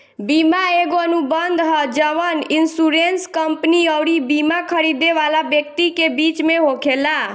बीमा एगो अनुबंध ह जवन इन्शुरेंस कंपनी अउरी बिमा खरीदे वाला व्यक्ति के बीच में होखेला